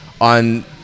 on